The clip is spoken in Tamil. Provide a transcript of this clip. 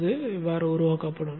அது உருவாக்கப்படும்